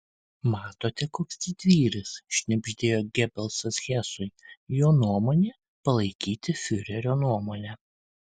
matote koks didvyris šnibždėjo gebelsas hesui jo nuomonė palaikyti fiurerio nuomonę